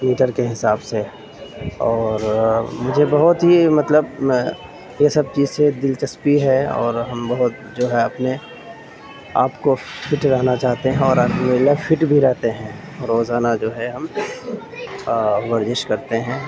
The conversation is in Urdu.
میٹر کے حساب سے اور مجھے بہت ہی مطلب میں یہ سب چیز سے دلچسپی ہے اور ہم بہت جو ہے اپنے آپ کو فٹ رہنا چاہتے ہیں اور الحمد لللّٰہ فٹ بھی رہتے ہیں روزانہ جو ہے ہم ورزش کرتے ہیں